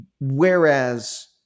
whereas